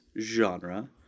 genre